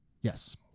Yes